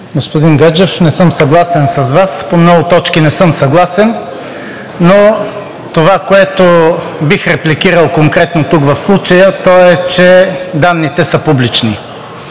Господин Гаджев, не съм съгласен с Вас. По много точки не съм съгласен, но това, което бих репликирал конкретно тук в случая, е, че данните са публични.